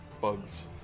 Bugs